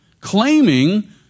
claiming